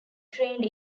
trained